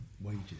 wages